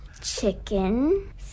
Chicken